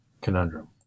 conundrum